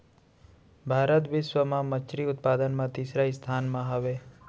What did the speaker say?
भारत बिश्व मा मच्छरी उत्पादन मा तीसरा स्थान मा हवे